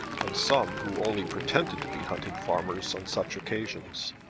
and some who only pretended to be hunting farmers on such occasions.